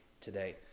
today